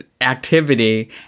activity